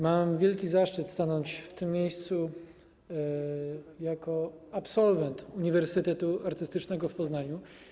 Mam wielki zaszczyt stanąć w tym miejscu jako absolwent Uniwersytetu Artystycznego w Poznaniu.